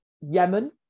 Yemen